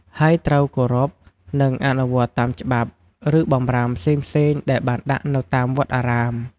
ហើយត្រូវគោរព និងអនុវត្តតាមច្បាប់ ឬបម្រាមផ្សេងៗដែលបានដាក់នៅតាមវត្តអារាម។